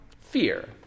fear